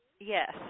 Yes